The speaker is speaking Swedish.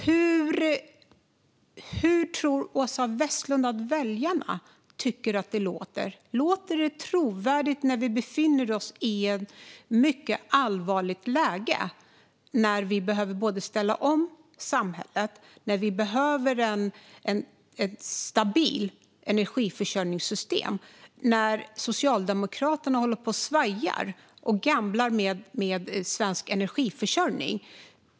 Hur tror Åsa Westlund att det låter för väljarna? Låter det trovärdigt när vi befinner oss i ett mycket allvarligt läge? Vi behöver ställa om samhället, och vi behöver ett stabilt energiförsörjningssystem. Då svajar Socialdemokraterna och gamblar med svensk energiförsörjning.